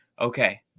okay